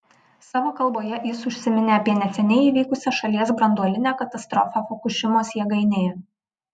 savo kalboje jis užsiminė apie neseniai įvykusią šalies branduolinę katastrofą fukušimos jėgainėje